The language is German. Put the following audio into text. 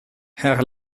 herr